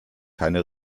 keine